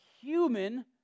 human